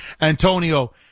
Antonio